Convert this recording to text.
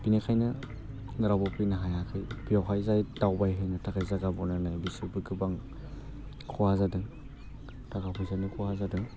बेनिखायनो रावबो फैनो हायाखै बेवहाय जाय दावबायहैनो थाखाय जागा बनायनाय बिसोरबो गोबां खहा जादों थाका फैसानि खहा जादों